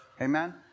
Amen